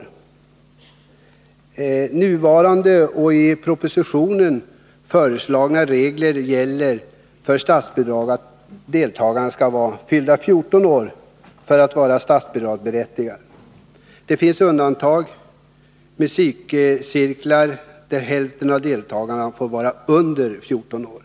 Enligt nuvarande och i propositionen föreslagna regler gäller att deltagarna skall vara fyllda 14 år för att vara statsbidragsberättigade. Det finns ett undantag och det gäller musikcirklarna, där hälften av deltagarna får vara under 14 år.